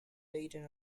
dating